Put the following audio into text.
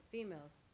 Females